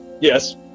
Yes